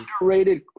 Underrated